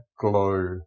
glow